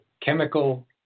chemical